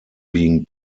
being